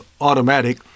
automatic